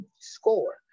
score